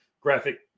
graphic